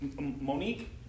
Monique